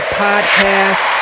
podcast